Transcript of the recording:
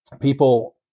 people